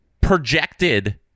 Projected